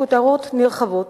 לכותרות נרחבות,